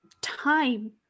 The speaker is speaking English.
time